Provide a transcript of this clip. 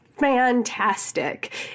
Fantastic